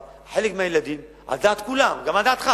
אבל חלק מהילדים, על דעת כולם, גם על דעתך,